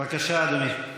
בבקשה, אדוני.